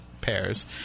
pairs